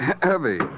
heavy